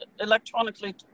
electronically